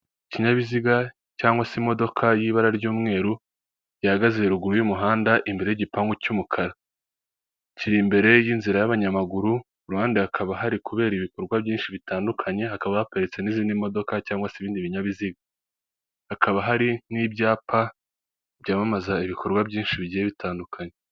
Ikinyabiziga cyangwa se imodoka y'ibara ry'umweru, gihagaze ruguru y'umuhanda imbere y'igipangu cy'umukara, kiri imbere y'inzira y'abanyamaguru, iruhande hakaba hari kubera ibikorwa byinshi bitandukanye, hakaba haparitse n'izindi modoka cyangwag se ibindi binyabiziga. hakaba hari n'ibyapa byamamaza ibikorwa byinshi bigiye bitandukanye.